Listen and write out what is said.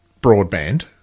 broadband